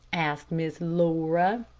asked miss laura.